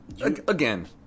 again